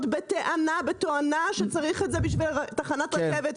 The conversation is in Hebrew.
בטענה שצריכים את זה בשביל תחנת רכבת.